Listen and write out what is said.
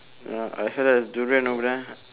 you know I heard there's durian over there